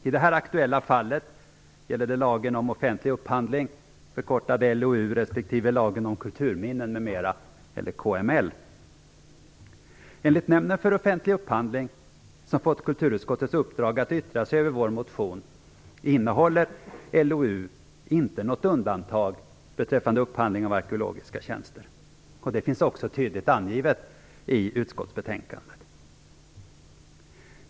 I det här aktuella fallet gäller det lagen om offentlig upphandling, LOU, respektive lagen om kulturminnen m.m., eller KML. Enligt Nämnden för offentlig upphandling, som fått kulturutskottets uppdrag att yttra sig över vår motion, innehåller LOU inte något undantag beträffande upphandling av arkeologiska tjänster. Detta finns också tydligt angivet i utskottsbetänkandet.